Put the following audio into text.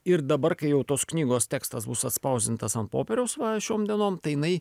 ir dabar kai jau tos knygos tekstas bus atspausdintas an popieriaus va šiom dienom tai jinai